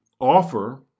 offer